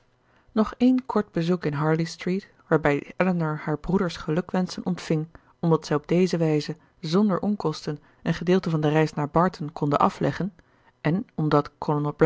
nog één kort bezoek in harley street waarbij elinor haar broeder's gelukwenschen ontving omdat zij op deze wijze zonder onkosten een gedeelte van de reis naar barton konden afleggen en omdat